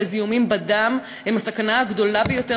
זיהומים בדם הם הסכנה הגדולה ביותר,